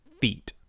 feet